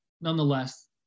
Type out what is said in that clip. nonetheless